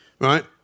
Right